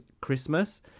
Christmas